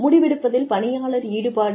முடிவெடுப்பதில் பணியாளர் ஈடுபாடு